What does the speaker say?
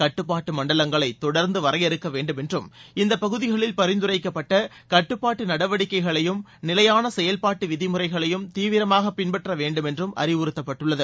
கட்டுப்பாட்டுமண்டலங்களை தொடர்ந்துவரையறுக்கவேண்டும் என்றம் இந்தப்பகுதிகளில் பரிந்துரைக்கப்பட்டகட்டுப்பாட்டுநடவடிக்கைகளையும் நிலையானசெயல்பாட்டுவிதிமுறைகளையும் தீவிரமாகபின்பற்றவேண்டும் என்றும் அறிவுறுத்தப்பட்டுள்ளது